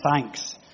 thanks